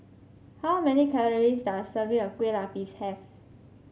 how many calories does a serving of Kueh Lapis have